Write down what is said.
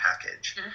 package